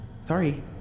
Sorry